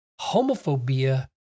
homophobia